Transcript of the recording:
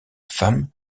femme